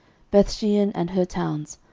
bethshean and her towns,